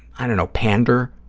i don't know, pander,